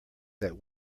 that